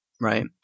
Right